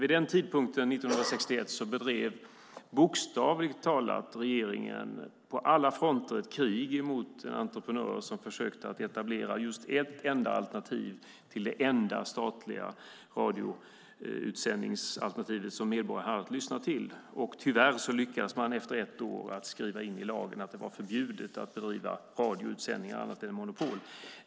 Vid den tiden, 1961, bedrev regeringen bokstavligt talat och på alla fronter ett krig mot entreprenörer som försökte etablera ett enda alternativ till den enda statliga radioutsändningen som medborgarna hade att lyssna till. Efter ett år lyckades man tyvärr skriva in i lagen att det var förbjudet att bedriva alternativa radioutsändningar.